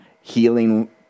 Healing